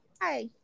Hi